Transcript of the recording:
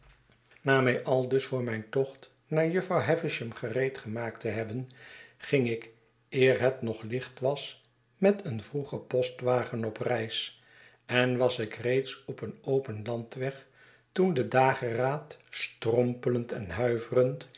na mij aldus voor mijn tocht naar jufvrouw havisham gereedgemaakt te hebben ging ik eer het nog licht was met een vrogen postwagen op reis en was ik reeds op een open landweg toen de dageraad strompelend en huiverend